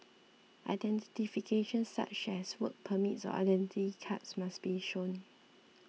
identification such as work permits or Identity Cards must be shown